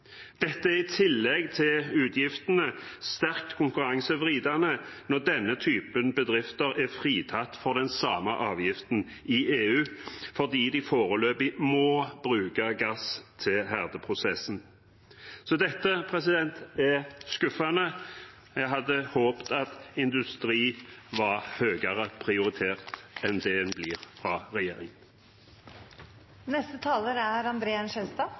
Dette er, i tillegg til utgiftene, sterkt konkurransevridende – når denne typen bedrifter er fritatt for den samme avgiften i EU – fordi de foreløpig må bruke gass til herdeprosessen. Så dette er skuffende. Jeg hadde håpet at industri var høyere prioritert enn det den blir fra regjeringen. Reiselivet er